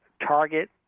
target